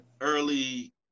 early